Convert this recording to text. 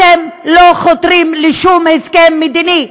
אתם לא חותרים לשום הסכם מדיני.